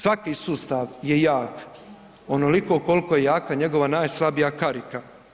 Svaki sustav je jak onoliko koliko je jaka njegova najslabija karika.